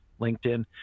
linkedin